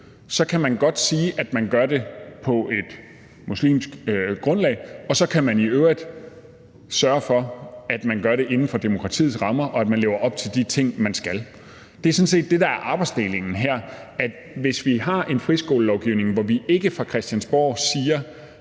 kan man godt sige, at man gør det på et muslimsk grundlag, og så kan man i øvrigt sørge for, at man gør det inden for demokratiets rammer, og at man lever op til de ting, man skal. Det er sådan set det, der er arbejdsdelingen her. Vi har en friskolelovgivning, hvor vi ikke fra Christiansborg siger,